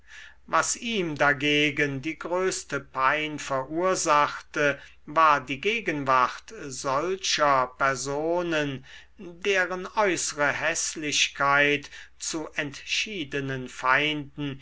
was ihm dagegen die größte pein verursachte war die gegenwart solcher personen deren äußere häßlichkeit sie zu entschiedenen feinden